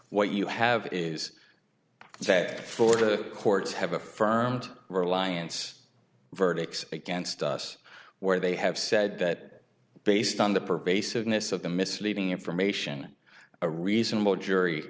what you have is that for the courts have affirmed reliance verdicts against us where they have said that based on the pervasiveness of the misleading information a reasonable jury